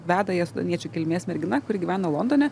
veda jas sudaniečių kilmės mergina kuri gyvena londone